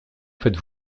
faites